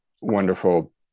wonderful